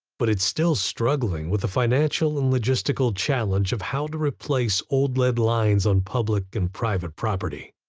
but it's still struggling with the financial and logistical challenge of how to replace old lead lines on public and private property.